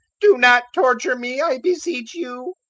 do not torture me, i beseech you.